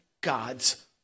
God's